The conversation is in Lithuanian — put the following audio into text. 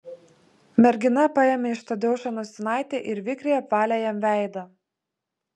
mergina paėmė iš tadeušo nosinaitę ir vikriai apvalė jam veidą